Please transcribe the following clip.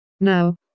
Now